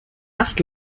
acht